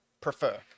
prefer